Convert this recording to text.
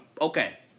Okay